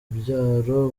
byaro